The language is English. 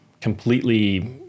completely